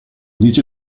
dice